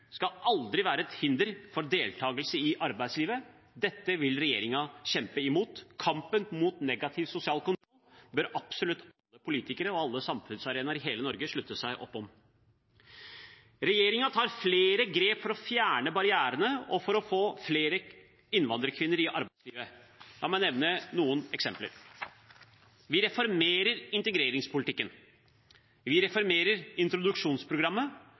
skal aldri være et hinder for deltakelse i arbeidslivet. Dette vil regjeringen kjempe imot. Kampen mot negativ sosial kontroll bør absolutt alle politikere og alle samfunnsaktører i hele Norge slutte opp om. Regjeringen tar flere grep for å fjerne barrierene og for å få flere innvandrerkvinner inn i arbeidslivet. La meg nevne noen eksempler: Vi reformerer integreringspolitikken. Vi reformerer introduksjonsprogrammet